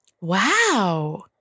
Wow